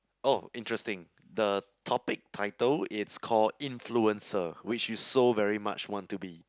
oh interesting the topic title it's called influencer which you so very much want to be